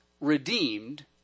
redeemed